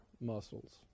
muscles